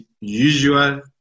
usual